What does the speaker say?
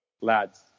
Lads